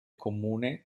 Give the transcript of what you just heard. comune